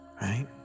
right